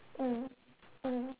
mm mm